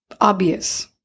obvious